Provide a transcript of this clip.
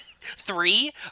three